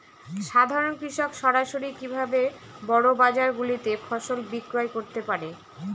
সাধারন কৃষক সরাসরি কি ভাবে বড় বাজার গুলিতে ফসল বিক্রয় করতে পারে?